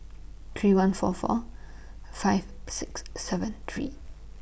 three one four four five six seven three